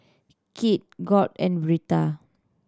Kit Gauge and Birtha